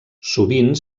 sovint